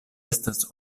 estas